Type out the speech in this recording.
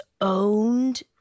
owned